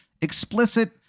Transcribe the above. explicit